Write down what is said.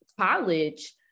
college